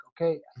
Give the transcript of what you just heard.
okay